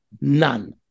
None